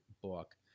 book